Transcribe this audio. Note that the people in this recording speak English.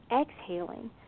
exhaling